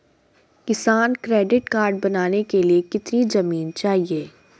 किसान credit card बनाने के लिए कितनी जमीन चाहिए?